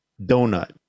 donut